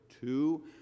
Two